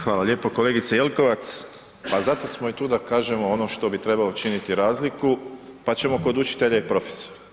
Hvala lijepo kolegice Jelkovac, pa zato smo i tu da kažemo ono što bi trebalo činiti razliku, pa ćemo kod učitelja i profesora.